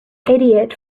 idiot